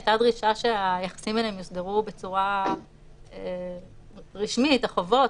הייתה דרישה שהיחסים ביניהם יוסדרו בצורה רשמית החובות,